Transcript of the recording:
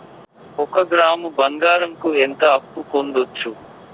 ఒక గ్రాము బంగారంకు ఎంత అప్పు పొందొచ్చు